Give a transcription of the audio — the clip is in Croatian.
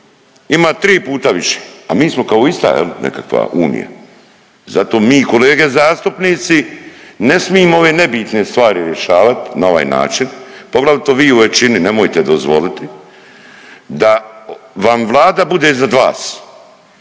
ima tri puta više, a mi smo ista jel nekakva Unija. Zato mi kolege zastupnici ne smimo ove nebitne stvari rješavat na ovaj način, poglavito vi u većini nemojte dozvoliti, da vam Vlada bude iznad vas.